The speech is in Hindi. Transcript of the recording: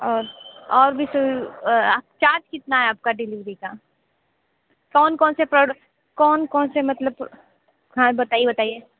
और और भी सु चार्ज कितना है आपका डिलिवरी का कौन कौन से प्रोड कौन कौन से मतलब हाँ बताइये बताइये